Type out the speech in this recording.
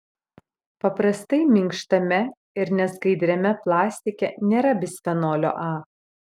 paprastai minkštame ir neskaidriame plastike nėra bisfenolio a